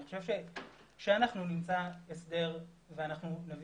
אני חושב שאנחנו נמצא הסדר ואנחנו נביא